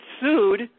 sued